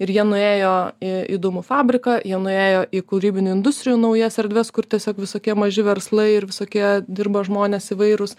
ir jie nuėjo į į dūmų fabriką jie nuėjo į kūrybinių industrijų naujas erdves kur tiesiog visokie maži verslai ir visokie dirba žmonės įvairūs